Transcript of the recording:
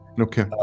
Okay